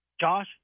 Josh